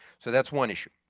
so that's one issue.